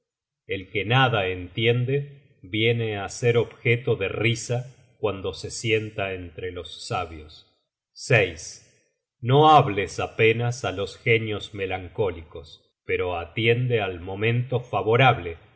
el que nada entiende viene á ser objeto de risa cuando se sienta entre los sabios no hables apenas á los genios melancólicos pero atiende al momento favorable